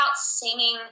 singing